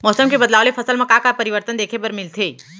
मौसम के बदलाव ले फसल मा का का परिवर्तन देखे बर मिलथे?